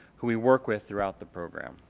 we work with throughout the program.